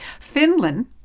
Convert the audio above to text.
Finland